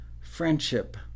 friendship